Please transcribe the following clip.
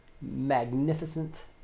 magnificent